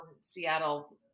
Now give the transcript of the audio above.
Seattle